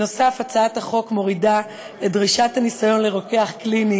נוסף על כך הצעת החוק מורידה את דרישת הניסיון לרוקח קליני